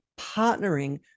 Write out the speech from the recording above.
partnering